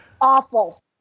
Awful